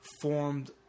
formed